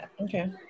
Okay